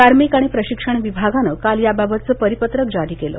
कार्मिक आणि प्रशिक्षण विभागानं काल याबाबतचं परिपत्रक जारी केलं